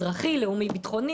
ועוד כל מיני שילובים.